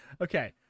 Okay